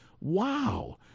Wow